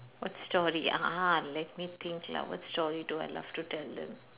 what story a'ah let me think lah what story do I love to tell them